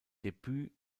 debüt